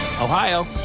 Ohio